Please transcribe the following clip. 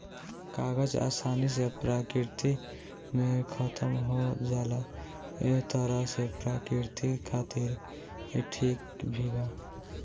कागज आसानी से प्रकृति में खतम हो जाला ए तरह से प्रकृति खातिर ई ठीक भी बा